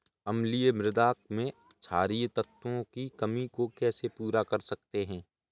अम्लीय मृदा में क्षारीए तत्वों की कमी को कैसे पूरा कर सकते हैं?